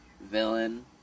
villain